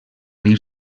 dir